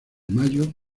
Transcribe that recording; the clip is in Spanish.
mayo